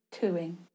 cooing